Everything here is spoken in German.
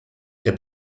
der